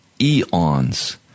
eons